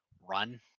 run